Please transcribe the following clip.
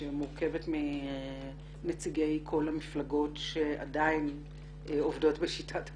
שמוקמת מנציגי כל המפלגות שעדין עובדות בשיטת הפריימריז.